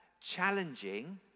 challenging